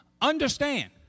Understand